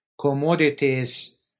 commodities